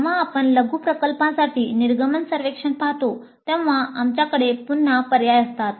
जेव्हा आपण लघु प्रकल्पांसाठी निर्गमन सर्वेक्षण पाहतो तेव्हा आमच्याकडे पुन्हा पर्याय असतात